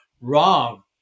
wrong